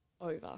Over